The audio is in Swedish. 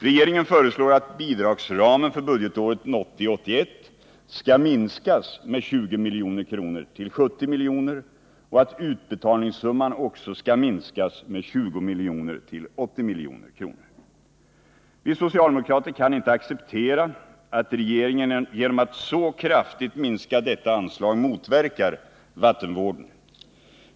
Regeringen föreslår att bidragsramen för budgetåret 1980/81 skall minskas med 20 miljoner till 70 milj.kr. och att utbetalningssumman också skall minskas med 20 miljoner till 80 milj.kr. Vi socialdemokrater kan inte acceptera att regeringen genom att så kraftigt minska detta anslag motverkar vattenvården.